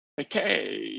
Okay